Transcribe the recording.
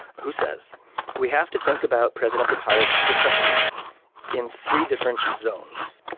who says we have to think about presidential power differently in three different zones.